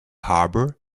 harbour